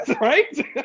right